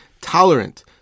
tolerant